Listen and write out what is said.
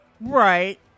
Right